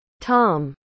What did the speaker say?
Tom